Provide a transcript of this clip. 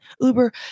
Uber